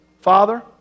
Father